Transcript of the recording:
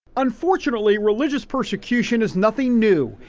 unfortunately, religious persecution is nothing new.